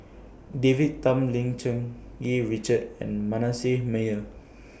David Tham Lim Cherng Yih Richard and Manasseh Meyer